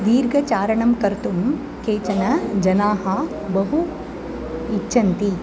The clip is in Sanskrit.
दीर्घचारणं कर्तुं केचन जनाः बहु इच्छन्ति